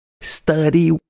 study